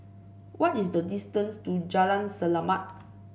what is the distance to Jalan Selamat